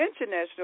International